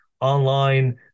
online